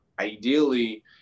ideally